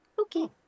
Okay